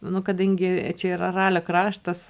nu kadangi čia yra ralio kraštas